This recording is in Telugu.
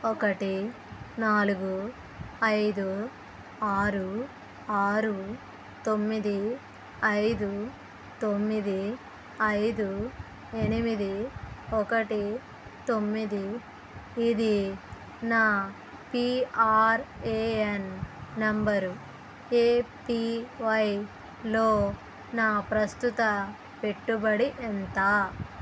ఒకటి నాలుగు ఐదు ఆరు ఆరు తొమ్మిది ఐదు తొమ్మిది ఐదు ఎనిమిది ఒకటి తొమ్మిది ఇది నా పీఆర్ఏఎన్ నంబరు ఏపివైలో నా ప్రస్తుత పెట్టుబడి ఎంత